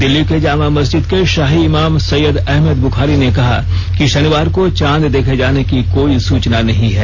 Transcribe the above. दिल्ली के जामा मस्जिद के शाही इमाम सैयद अहमद बुखारी ने कहा कि षनिवार को चांद देखे जाने की कोई सूचना नहीं है